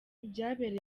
byabereye